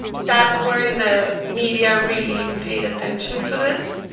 that's when the media really paid attention to this.